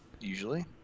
usually